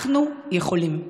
אנחנו יכולים.